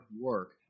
work